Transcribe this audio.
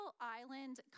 island